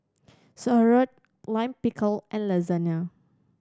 Sauerkraut Lime Pickle and Lasagna